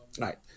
Right